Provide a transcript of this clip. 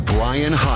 Brian